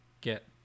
get